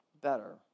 better